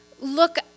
look